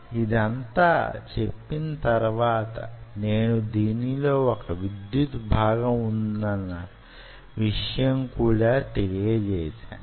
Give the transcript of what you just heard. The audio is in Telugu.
ఇదంతా చెప్పిన తరువాత నేను దీనిలో వొక విద్యుత్ భాగం వున్న విషయం కూడా తెలియజేసాను